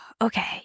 okay